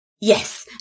Yes